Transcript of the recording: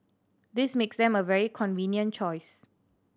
this makes them a very convenient choice